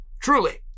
Truly